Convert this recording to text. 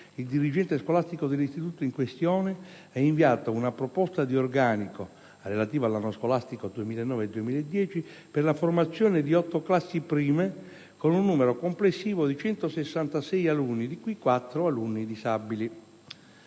il dirigente scolastico dell'istituto in questione ha inviato una proposta di organico, relativa all'anno scolastico 2009-10, per la formazione di otto classi prime con un numero complessivo di 166 alunni di cui quattro alunni disabili.